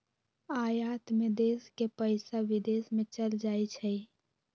आयात में देश के पइसा विदेश में चल जाइ छइ